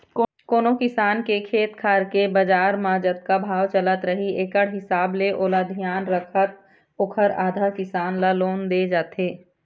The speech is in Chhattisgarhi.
कोनो किसान के खेत खार के बजार म जतका भाव चलत रही एकड़ हिसाब ले ओला धियान रखत ओखर आधा, किसान ल लोन दे जाथे